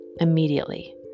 immediately